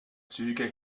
züge